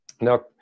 Now